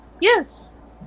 yes